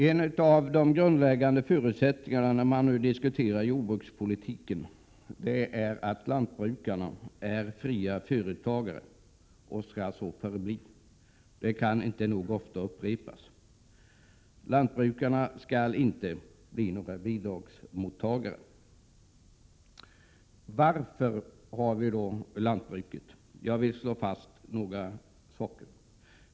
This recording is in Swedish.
En av de grundläggande förutsättningarna när man diskuterar jordbrukspolitiken är att lantbrukarna är fria företagare och skall så förbli. Detta kan inte nog ofta upprepas. Lantbrukarna skall inte bli några bidragsmottagare. Varför har vi ett lantbruk? Jag vill slå fast några saker.